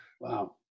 Wow